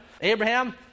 Abraham